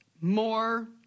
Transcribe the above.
more